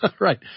Right